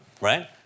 right